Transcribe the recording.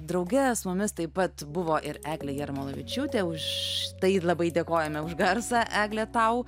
drauge su mumis taip pat buvo ir eglė jarmolavičiūtė už tai labai dėkojame už garsą egle tau